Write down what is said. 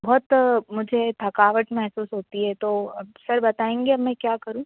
बहुत मुझे थकावट महसूस होती है तो अब सर बताएंगे अब मैं क्या करूँ